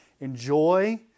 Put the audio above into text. Enjoy